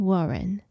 Warren